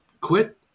quit